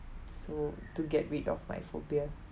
so to get rid of my phobia